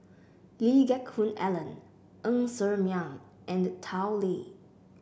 Lee Geck Hoon Ellen Ng Ser Miang and Tao Li